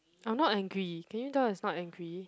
I'm not angry can you tell it's not angry